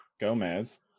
gomez